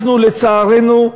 אנחנו, לצערנו,